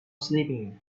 sleeping